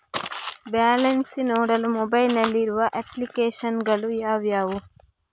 Balance ನೋಡಲು mobile ನಲ್ಲಿ ಇರುವ ಅಪ್ಲಿಕೇಶನ್ ಗಳು ಯಾವುವು?